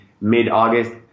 mid-August